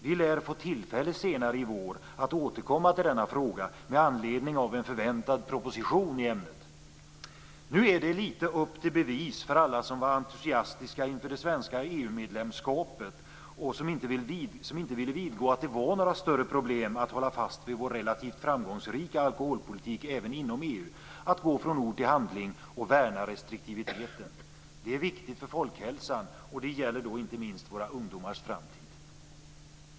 Vi lär få tillfälle senare i vår att återkomma till denna fråga med anledning av en förväntad proposition i ämnet. Nu är det önskvärt att alla de som var entusiastiska inför det svenska EU-medlemskapet och som inte ville vidgå att det skulle vara några större svårigheter att även inom EU hålla fast vid vår relativt framgångsrika alkoholpolitik kommer upp till bevis. Gå från ord till handling och värna restriktiviteten! Det är viktigt för folkhälsan, och det gäller då inte minst våra ungdomars framtid.